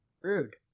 rude